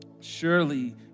Surely